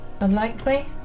Unlikely